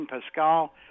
Pascal